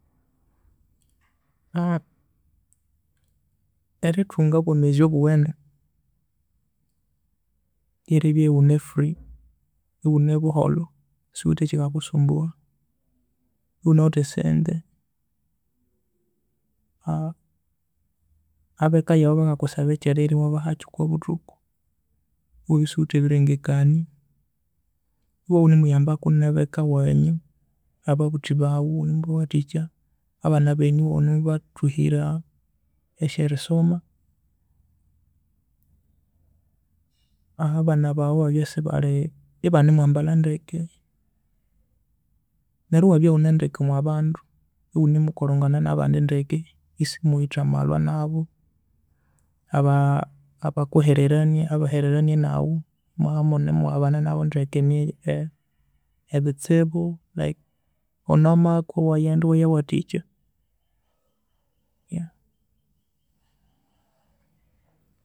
Erithunga obwomezi obuwene ryeribya iwune free buholho isiwuwithe ekikakusumbuwa iwunawithe esente abeka yaghu bakakusaba ekyerirya ewabahakyu okwa buthuku ewabya ewunemuyambako nabe eka ewenyu ababuthi baghu ababya isibal ebanimwambalha ndeke neryo ewabya ewunendeke omwa bandu ewunemukolhangana nabandi ndeke isuwithe amalhwa nabu aba- abukehererenie abahererenie naghu emwabya emunemughabana nabu ndeke ne- ebistibu like ono amakwa ewande ewayawathikya.